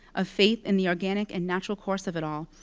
of faith in the organic and natural course of it all,